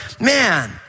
man